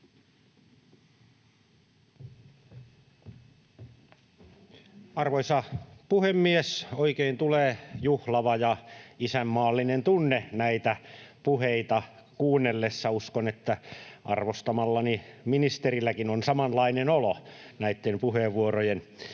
Arvoisa puhemies! Oikein tulee juhlava ja isänmaallinen tunne näitä puheita kuunnellessa. Uskon, että arvostamallani ministerilläkin on samanlainen olo näitten puheenvuorojen jälkeen.